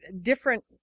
different